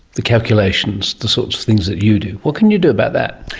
the calculations, the sorts of things that you do. what can you do about that?